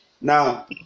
Now